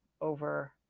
over